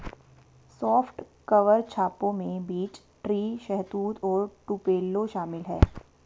soft cover छापों में beech tree, शहतूत और टुपेलो शामिल है